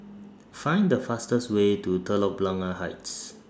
Find The fastest Way to Telok Blangah Heights